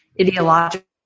ideological